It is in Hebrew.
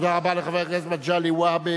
תודה רבה לחבר הכנסת מגלי והבה.